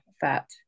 fat